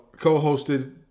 Co-hosted